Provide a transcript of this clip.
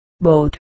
boat